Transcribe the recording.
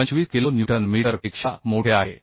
25 kilo newton metre पेक्षा मोठे आहे